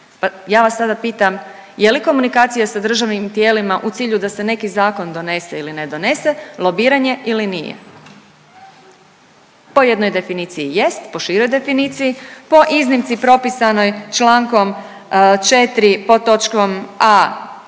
ja vas sada pitam je li komunikacija sa državnim tijelima u cilju da se neki zakon donese ili ne donese lobiranje ili nije? Po jednoj definiciji jest, po široj definiciji, po iznimci propisanoj člankom 4. pod točkom a)